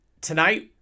tonight